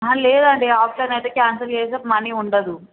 లేదండి ఆఫ్లైన్ అయితే క్యాన్సల్ చేస్తే మనీ ఉండదు